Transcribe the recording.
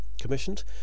commissioned